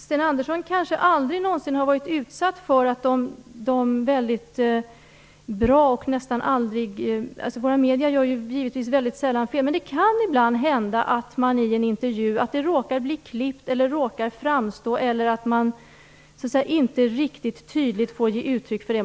Sten Andersson har kanske aldrig varit utsatt för sådant här - våra medier gör väldigt sällan fel - men det kan ibland hända att det t.ex. genom klippning i en intervju inte riktigt tydligt kommer fram